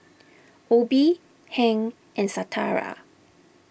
Obie Hank and Shatara